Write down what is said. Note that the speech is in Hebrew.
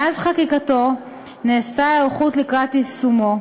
מאז חקיקתו של החוק נעשתה היערכות לקראת יישומו,